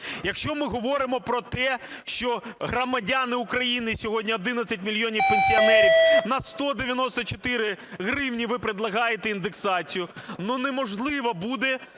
якщо ми говоримо про те, що громадяни України, сьогодні 11 мільйонів пенсіонерів, на 194 гривні ви пропонуєте індексацію. Ну, неможливо буде